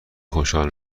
خوشحال